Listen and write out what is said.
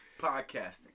Podcasting